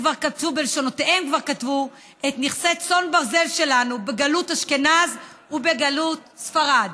בלשונותיהן כבר כתבו את נכסי צאן ברזל שלנו בגלות אשכנז ובגלות ספרד.